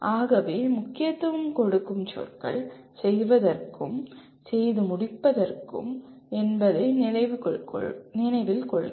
ஆகவே முக்கியத்துவம் கொடுக்கும் சொற்கள் 'செய்வதற்கும்' 'செய்து முடிப்பதற்கும்' என்பதை நினைவில் கொள்க